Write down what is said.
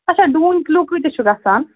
اچھا ڈوٗنۍ کِلوٗ کٍتِس چھُ گژھان